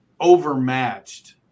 Overmatched